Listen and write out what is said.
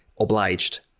obliged